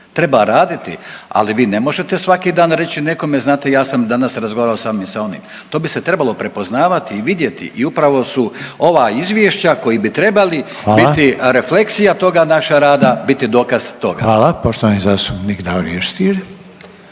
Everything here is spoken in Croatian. treba raditi, ali vi ne možete svaki dan reći nekome znate ja sam danas razgovarao sa onim i sa onim. To bi se trebalo prepoznavati i vidjeti i upravo su ova izvješća koji bi trebali biti …/Upadica: Hvala./… refleksija toga naša rada biti dokaz toga. **Reiner, Željko (HDZ)**